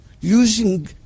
using